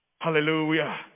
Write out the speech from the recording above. Hallelujah